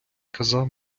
казав